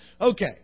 Okay